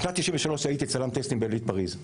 בשנת 1993 הייתי צלם ב-Elite Paris,